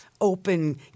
open